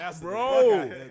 Bro